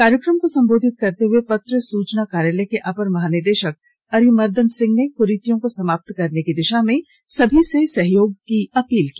कार्यक्रम को संबोधित करते हुए पत्र सूचना कार्यालय के अपर महानिदेषक अरिमर्दन सिंह ने कुरीतियों को समाप्त करने की दिषा में सभी से सहयोग की अपील की